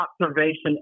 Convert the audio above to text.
observation